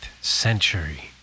century